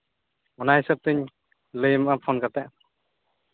ᱚᱱᱟ ᱦᱤᱥᱟᱹᱵ ᱛᱤᱧ ᱞᱟᱹᱭ ᱟᱢᱟ ᱯᱷᱳᱱ ᱠᱟᱛᱮᱫ